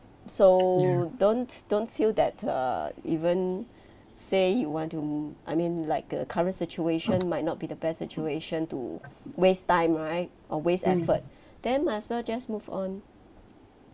so don't don't feel that err even say you want to I mean like a current situation might not be the best situation to waste time right or waste effort then might as well just move on